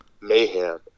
mayhem